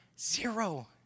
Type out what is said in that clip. Zero